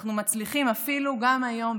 אנחנו מצליחים אפילו גם היום,